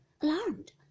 alarmed